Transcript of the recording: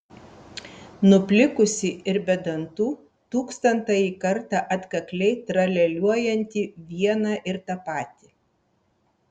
nuplikusį ir be dantų tūkstantąjį kartą atkakliai tralialiuojantį vieną ir tą patį